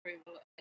approval